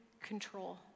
control